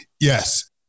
Yes